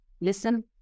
listen